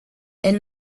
elle